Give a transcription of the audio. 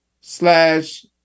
slash